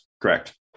correct